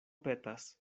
petas